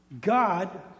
God